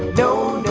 no